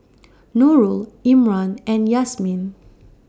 Nurul Imran and Yasmin